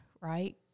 right